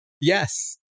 yes